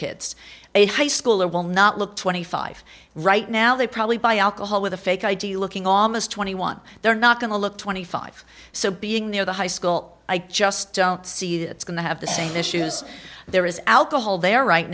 kids a high schooler will not look twenty five right now they probably buy alcohol with a fake id looking almost twenty one they're not going to look twenty five so being near the high school i just don't see that it's going to have the same issues there is alcohol there right